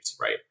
right